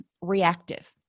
reactive